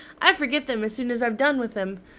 i forget them as soon as i've done with them.